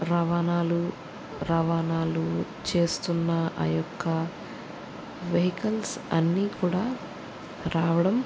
రవాణాలు రవాణాలు చేస్తున్న ఆ యొక్క వెహికల్స్ అన్నీ కూడా రావడం